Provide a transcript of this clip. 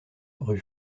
rue